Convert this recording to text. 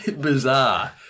bizarre